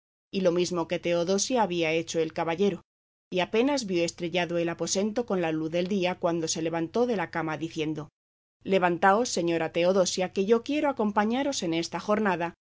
y lo mismo que teodosia había hecho el caballero y apenas vio estrellado el aposento con la luz del día cuando se levantó de la cama diciendo levantaos señora teodosia que yo quiero acompañaros en esta jornada